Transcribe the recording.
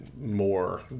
more